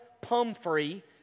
Pumphrey